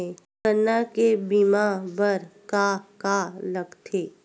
गन्ना के बीमा बर का का लगथे?